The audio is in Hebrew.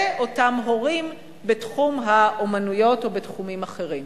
אותם הורים בתחום האומנויות ובתחומים אחרים.